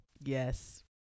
Yes